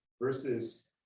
versus